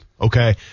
okay